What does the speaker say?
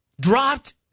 dropped